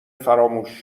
فراموش